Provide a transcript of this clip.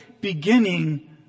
beginning